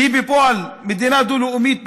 היא בפועל מדינה דו-לאומית.